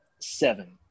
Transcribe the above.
seven